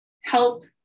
help